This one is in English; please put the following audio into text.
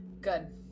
good